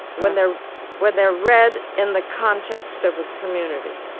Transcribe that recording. when they're when they're read in the context of a community.